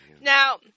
Now